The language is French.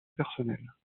personnelles